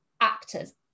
actors